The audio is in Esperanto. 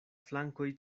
flankoj